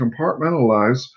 compartmentalize